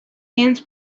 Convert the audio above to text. hands